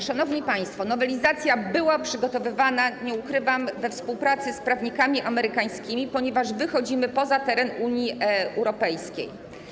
Szanowni państwo, nowelizacja była przygotowywana, nie ukrywam, we współpracy z prawnikami amerykańskimi, ponieważ wychodzimy poza teren Unii Europejskiej.